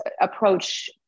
approach